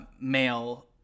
male